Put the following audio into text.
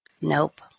Nope